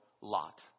Lot